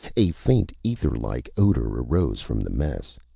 a faint etherlike odor arose from the mess.